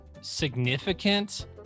significant